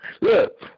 Look